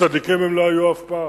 צדיקים הם לא היו אף פעם,